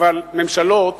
אבל ממשלות